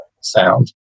sound